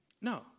No